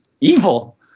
evil